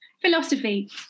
philosophy